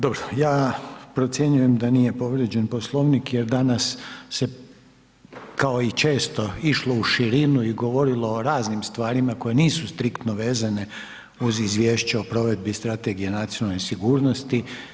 Dobro, ja procjenjujem da nije povrijeđen Poslovnik jer danas se kao i često išlo u širinu i govorilo o raznim stvarima koje nisu striktno vezane uz izvješće o provedbi Strategije nacionalne sigurnosti.